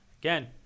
Again